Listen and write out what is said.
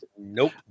nope